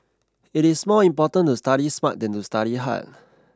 it is more important to study smart than to study hard